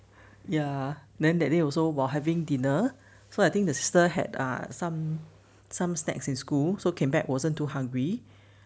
ya then that day also while having dinner so I think the sister had err some some snacks in school so came back wasn't too hungry